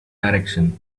direction